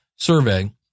survey